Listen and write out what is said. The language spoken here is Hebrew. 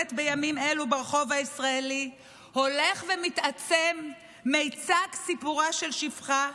שמתחוללת בימים אלו ברחוב הישראלי הולך ומתעצם מיצג "סיפורה של שפחה",